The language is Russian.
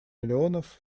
миллионов